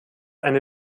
eine